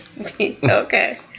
Okay